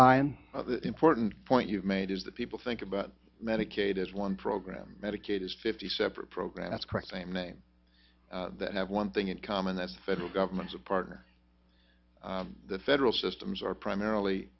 an important point you've made is that people think about medicaid as one program medicaid is fifty separate program that's correct same name that have one thing in common that's the federal government's a partner the federal systems are primarily